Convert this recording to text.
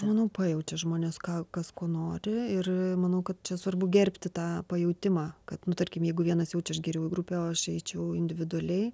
manau pajaučia žmonės ką kas ko nori ir manau kad čia svarbu gerbti tą pajautimą kad nu tarkim jeigu vienas jau čia geriau į grupę o aš eičiau individualiai